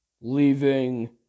leaving